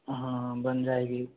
हाँ बन जाएगी